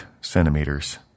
centimeters